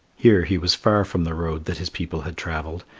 here he was far from the road that his people had travelled,